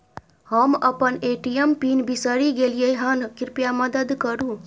हम अपन ATM PIN बिसरि गलियै हन, कृपया मदद करु